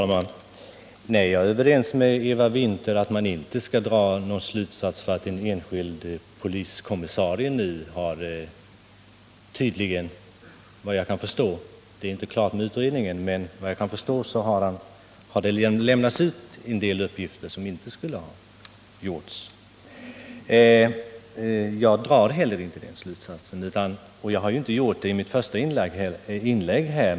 Herr talman! Jag är överens med Eva Winther om att man inte skall dra några slutsatser när det gäller polismyndigheten som sådan för att en enskild poliskommisarie tydligen har lämnat ut sådana uppgifter som inte borde ha vidarebefordrats — utredningen är visserligen inte klar, men efter vad jag kan förstå förhåller det sig så. Jag drar inte någon sådan slutsats, och jag har inte heller gjort det i mitt första inlägg.